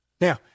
Now